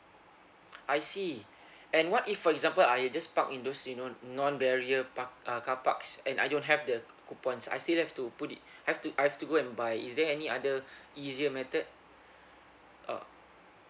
I see and what if for example I just park in those you know non barrier park uh carparks and I don't have the c~ coupons I still have to put it have to I have to go and buy is there any other easier method uh